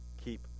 keep